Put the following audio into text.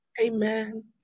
Amen